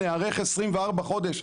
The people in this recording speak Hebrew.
ניערך 24 חודשים".